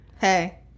Hey